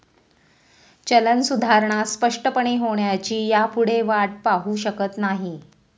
चलन सुधारणा स्पष्टपणे होण्याची ह्यापुढे वाट पाहु शकत नाही